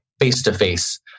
face-to-face